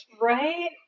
Right